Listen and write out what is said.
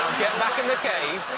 get back in the cave.